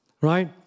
right